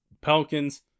Pelicans